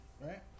right